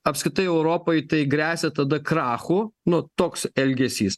apskritai europai tai gresia tada krachu nu toks elgesys